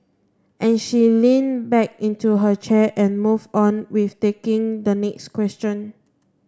and she leaned back into her chair and moved on with taking the next question